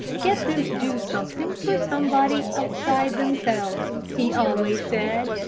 get them to do something for somebody outside themselves he always said.